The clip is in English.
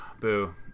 Boo